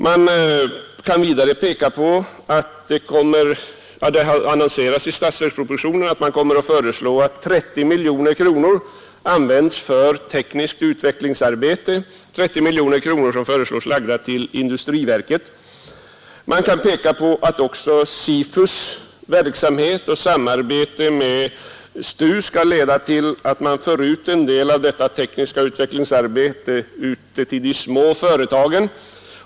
Det har vidare i statsverkspropositionen aviserats ett förslag om inrättande av ett industripolitiskt verk som skall erhålla 30 miljoner kronor för tekniskt utvecklingsarbete. Jag vill vidare peka på SIFU:s verksamhet och dess samarbete med STU som skall leda till att en del av detta tekniska utvecklingsarbete förs ut till de små företagen.